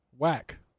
Whack